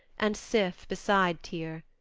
and sif beside tyr.